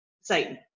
satan